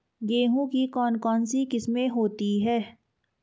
गेहूँ की कौन कौनसी किस्में होती है?